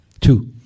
two